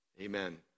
Amen